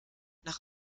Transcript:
nach